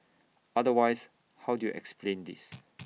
otherwise how do you explain this